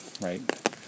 right